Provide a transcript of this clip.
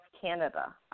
Canada